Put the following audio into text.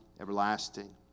everlasting